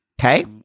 Okay